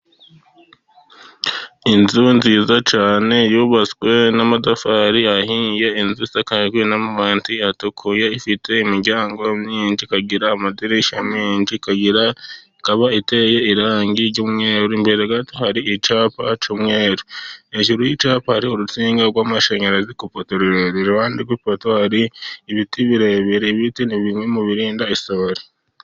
Inzu nziza cyane yubatswe n'amatafari ahiye, inzu isakajwe n'amabati atukuye. Ifite imiryango myinshi, ikagira amadirishya menshi, ikaba iteye irangi ry'umweru. Imbere gato hari icyapa cy'umweru, hejuru y'icyapa hari urutsinga rw'amashanyarazi ku ipoto ndende. Iruhande rw'ipoto hari ibiti birebire. Ibiti ni bimwe mu birinda isuri.